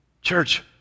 church